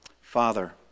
father